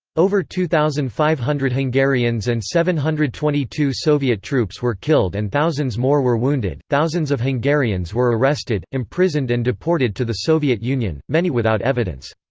over two thousand five hundred hungarians and seven hundred and twenty two soviet troops were killed and thousands more were wounded thousands of hungarians were arrested, imprisoned and deported to the soviet union, many without evidence.